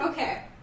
Okay